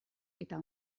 eta